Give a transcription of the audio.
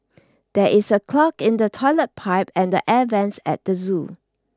there is a clog in the toilet pipe and air vents at the zoo